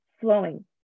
flowing